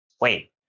Wait